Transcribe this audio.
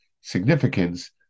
significance